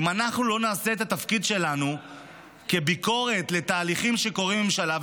אנחנו לא נעשה את התפקיד שלנו בביקורת לתהליכים שקורים בממשלה?